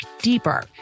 deeper